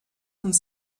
uns